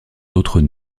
d’autres